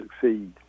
succeed